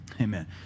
Amen